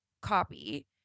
copy